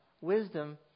Wisdom